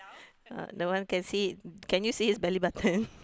the one can can you see his belly button